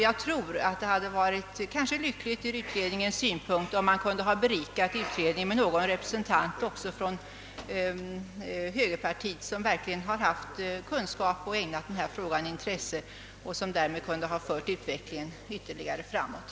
Jag tror att det ur utredningens synpunkt hade varit lyckligt om man hade kunnat berika utredningen med någon representant också från högerpartiet, som varit i besittning av kunskaper och verkligen ägnat denna fråga intresse. Denne hade därmed kunnat föra utvecklingen ytterligare framåt.